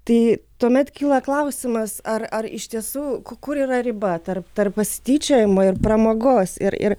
tai tuomet kyla klausimas ar ar iš tiesų kur yra riba tarp tarp pasityčiojimo ir pramogos ir ir